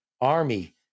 army